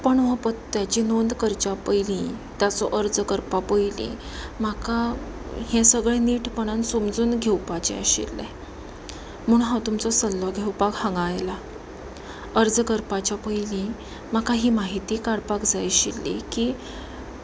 पण हो पत्त्याची नोंद करच्या पयलीं ताचो अर्ज करपा पयलीं म्हाका हें सगळें नीटपणान समजून घेवपाचें आशिल्लें म्हणून हांव तुमचो सल्लो घेवपाक हांगा आयला अर्ज करपाच्या पयलीं म्हाका ही म्हायती काडपाक जाय आशिल्ली की